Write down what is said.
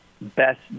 best